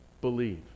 Believe